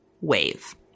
wave